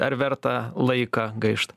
ar verta laiką gaišt